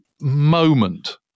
moment